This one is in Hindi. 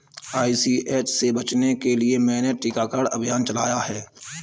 आई.सी.एच से बचने के लिए मैंने टीकाकरण अभियान चलाया है